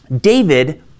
David